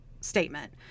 statement